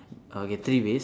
okay three ways